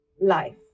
life